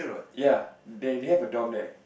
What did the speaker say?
ya they have a dorm there